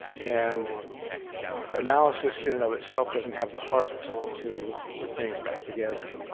and analysis, in and of itself, doesn't have the heart to put things back together.